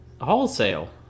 Wholesale